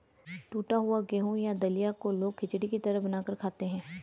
टुटा हुआ गेहूं या दलिया को लोग खिचड़ी की तरह बनाकर खाते है